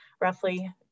roughly